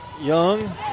Young